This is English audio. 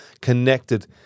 connected